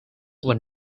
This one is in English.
were